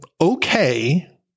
Okay